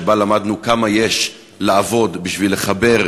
שבה למדנו כמה יש לעבוד בשביל לחבר,